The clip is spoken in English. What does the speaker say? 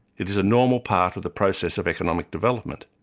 it is a normal part of the process of economic development.